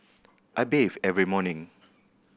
I bathe every morning